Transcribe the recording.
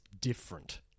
different